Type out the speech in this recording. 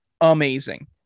amazing